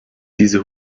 diese